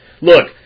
Look